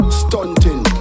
stunting